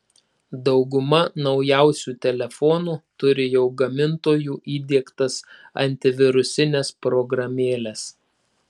dauguma naujausių telefonų turi jau gamintojų įdiegtas antivirusines programėles